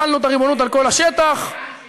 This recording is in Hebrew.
החלנו את הריבונות על כל השטח ------ אחמד,